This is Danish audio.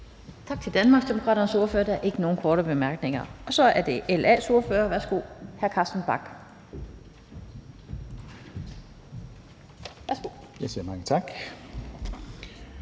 Tak til Danmarksdemokraternes ordfører. Der er ikke nogen korte bemærkninger. Så er det LA's ordfører, hr. Carsten Bach. Værsgo. Kl. 12:59 (Ordfører)